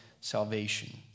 salvation